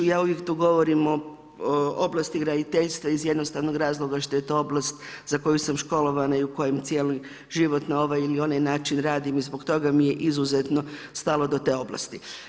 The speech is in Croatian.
Ja uvijek tu govorim o oblosti graditeljstva iz jednostavnog razloga, što je to oblast za koju sam školovana i u kojem cijeli život na ovaj ili na onaj način radim i zbog toga mi je izuzetno stalo do te oblasti.